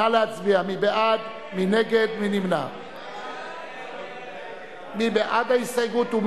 לא נתקבלה, ולכן לא יהיה סעיף לאחר סעיף 3. אנחנו